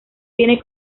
tiene